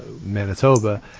manitoba